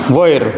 वयर